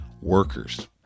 workers